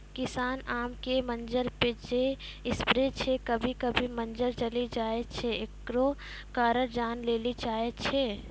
किसान आम के मंजर जे स्प्रे छैय कभी कभी मंजर जली जाय छैय, एकरो कारण जाने ली चाहेय छैय?